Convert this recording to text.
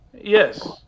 Yes